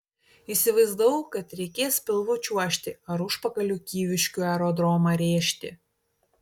įsivaizdavau kad reikės pilvu čiuožti ar užpakaliu kyviškių aerodromą rėžti